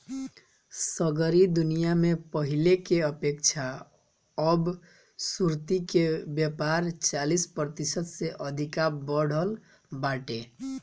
सगरी दुनिया में पहिले के अपेक्षा अब सुर्ती के व्यापार चालीस प्रतिशत से अधिका बढ़ल बाटे